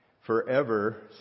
forever